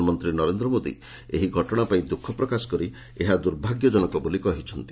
ପ୍ରଧାନମନ୍ତ୍ରୀ ନରେନ୍ଦ୍ର ମୋଦି ଏହି ଘଟଣା ପାଇଁ ଦୁଃଖ ପ୍ରକାଶ କରି ଏହା ଦୁର୍ଭାଗ୍ୟଜନକ ବୋଲି କହିଛନ୍ତି